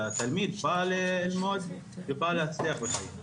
כי התלמיד בא ללמוד ובא להצליח בחיים.